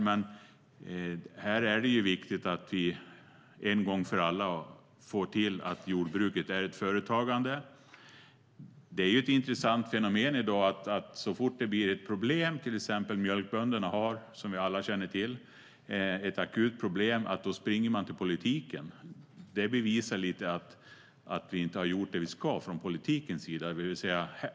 Det är viktigt att vi en gång för alla gör klart att jordbruket är ett företagande. Det finns ett intressant fenomen i dag. Mjölkbönderna har, som vi alla känner till, ett akut problem, och så fort det blir problem springer man till politiken. Det bevisar lite grann att vi inte har gjort det vi ska från politikens sida.